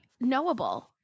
knowable